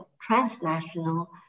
transnational